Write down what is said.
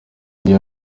igihe